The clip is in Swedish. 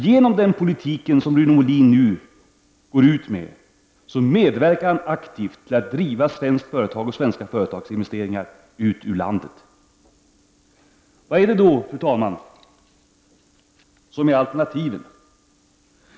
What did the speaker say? Genom den politik som Rune Molin går ut med, medverkar han aktivt till att driva svenska företag och svenska företagsinvesteringar ut ur landet. Vad är då alternativet?